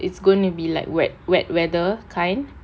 it's gonna be like wet wet weather kind